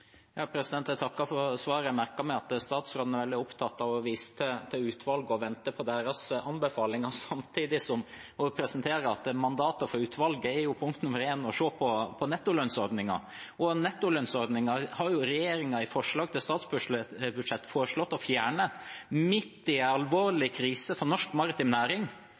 Jeg takker for svaret. Jeg merker meg at statsråden er veldig opptatt av å vise til utvalget og venter på deres anbefalinger samtidig som hun presenterer at mandatet for utvalget er punkt nr. 1, å se på nettolønnsordningen. Nettolønnsordningen har regjeringen i forslag til statsbudsjett foreslått å fjerne midt i en alvorlig krise for norsk maritim næring